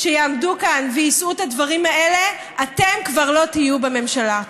יעמדו כאן ויישאו את הדברים האלה אתם כבר לא תהיו בממשלה.